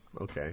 okay